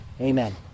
Amen